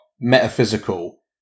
metaphysical